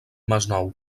masnou